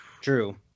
true